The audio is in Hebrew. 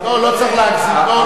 לא צריך להגזים,